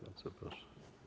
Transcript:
Bardzo proszę.